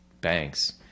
banks